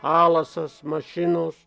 alasas mašinos